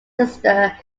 sister